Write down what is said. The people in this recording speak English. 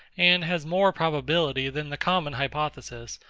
and has more probability than the common hypothesis,